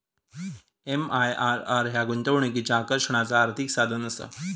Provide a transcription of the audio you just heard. MIRR ह्या गुंतवणुकीच्या आकर्षणाचा आर्थिक साधनआसा